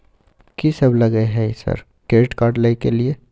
कि सब लगय हय सर क्रेडिट कार्ड लय के लिए?